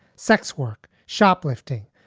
sex work, shoplifting.